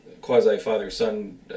quasi-father-son